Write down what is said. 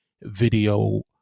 video